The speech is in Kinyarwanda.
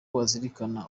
wazirikana